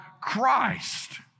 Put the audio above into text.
Christ